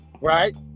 right